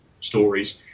stories